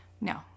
No